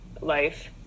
Life